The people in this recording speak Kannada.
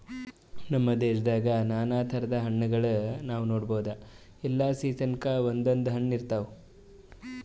ನಮ್ ದೇಶದಾಗ್ ನಾನಾ ಥರದ್ ಹಣ್ಣಗೋಳ್ ನಾವ್ ನೋಡಬಹುದ್ ಎಲ್ಲಾ ಸೀಸನ್ಕ್ ಒಂದೊಂದ್ ಹಣ್ಣ್ ಇರ್ತವ್